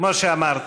כמו שאמרתי.